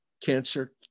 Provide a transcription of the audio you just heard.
cancer